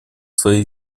своей